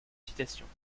citations